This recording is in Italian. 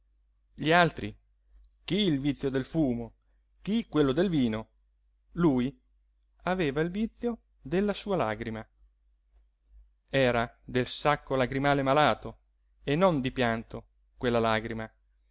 gli altri chi il vizio del fumo chi quello del vino lui aveva il vizio della sua lagrima era del sacco lacrimale malato e non di pianto quella lagrima